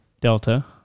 Delta